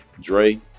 Dre